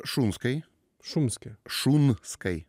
šunskai šumske šunskai